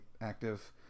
active